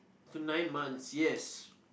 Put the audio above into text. for nine months yes